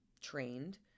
trained